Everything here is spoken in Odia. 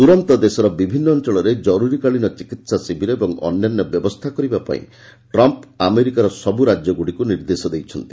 ତୁରନ୍ତ ଦେଶର ବିଭିନ୍ନ ଅଞ୍ଚଳରେ ଜରୁରୀକାଳୀନ ଚିକିତ୍ସା ଶିବିର ଓ ଅନ୍ୟାନ୍ୟ ବ୍ୟବସ୍ଥା କରିବାପାଇଁ ଶ୍ରୀ ଟ୍ରମ୍ପ୍ ଆମେରିକାର ସବୁ ରାଜ୍ୟଗୁଡ଼ିକୁ ନିର୍ଦ୍ଦେଶ ଦେଇଛନ୍ତି